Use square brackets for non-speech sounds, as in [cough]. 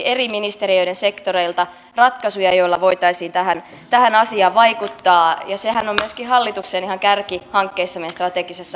[unintelligible] eri ministeriöiden sektoreilta ratkaisuja joilla voitaisiin tähän tähän asiaan vaikuttaa sehän on myöskin ihan hallituksen kärkihankkeissa meidän strategiseen [unintelligible]